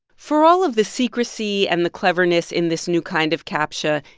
for all of the secrecy and the cleverness in this new kind of captcha,